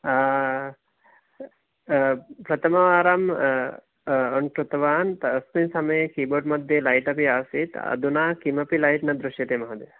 प्रथमवारम् आन् कृतवान् तस्मिन् समये की बोर्ड् मध्ये लैट् अपि आसीत् अधुना किमपि लैट् न दृश्यते महोदय